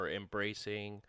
embracing